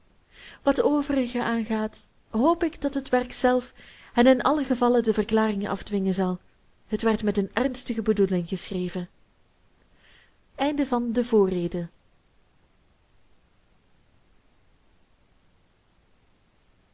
wat de overigen aangaat hoop ik dat het werk zelf hen in allen gevalle de verklaring afdwingen zal het werd met eene ernstige bedoeling geschreven